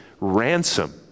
ransom